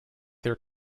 their